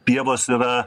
pievos yra